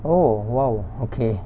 oh !wow! okay